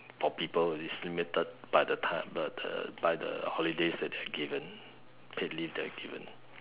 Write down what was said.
for people it's limited by the time the the by the holidays that are given paid leave they are given